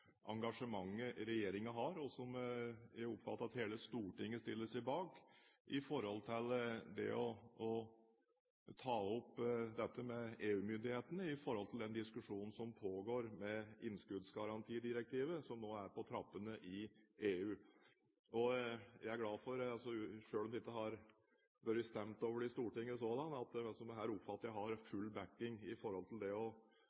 engasjementet regjeringen har, og som jeg oppfatter at hele Stortinget stiller seg bak: å ta opp dette med EU-myndighetene, knyttet til den diskusjonen som pågår om innskuddsgarantidirektivet, som nå er på trappene i EU. Selv om det ikke har vært stemt over det i Stortinget så langt, oppfatter jeg at jeg har full backing med hensyn til å passe på at vi har en god innskuddsgaranti i Norge, og at det